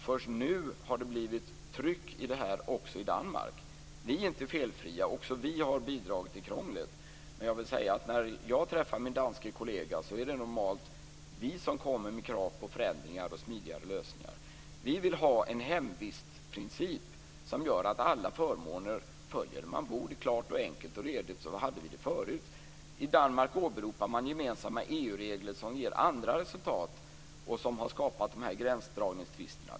Först nu har det blivit tryck på detta också i Danmark. Vi är inte felfria. Vi har också bidragit till krånglet. Men när jag träffar min danske kollega är det normalt vi som kommer med krav på förändringar och smidigare lösningar. Vi vill ha en hemvistprincip som gör att alla förmåner följer de regler som gäller där man bor. Det är klart och enkelt och redigt. Så hade vi det förut. I Danmark åberopar man gemensamma EU-regler som ger andra resultat och som har skapat de här gränsdragningstvisterna.